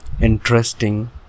interesting